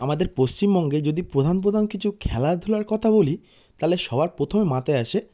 আমাদের পশ্চিমবঙ্গে যদি প্রধা ন প্রধান কিছু খেলাধূলার কথা বলি তাহলে সবার প্রথমে মাথায় আসে